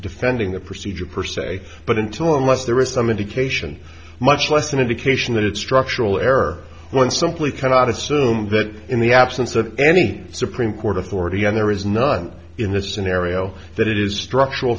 defending the procedure per se but until unless there is some indication much less an indication that it's structural error one simply cannot assume that in the absence of any supreme court authority and there is none in the scenario that it is structural